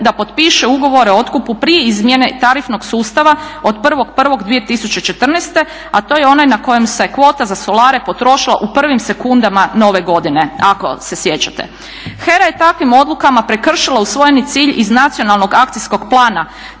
da potpiše ugovore o otkupu prije izmjene tarifnog sustava od 1.1.2014. a to je onaj na kojem se kvota za solare potrošila u prvim sekundama nove godine ako se sjećate. HERA je takvim odlukama prekršila usvojeni cilj iz Nacionalnog akcijskog plana,